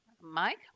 Mike